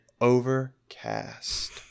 Overcast